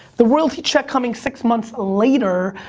the royalty check coming six months later,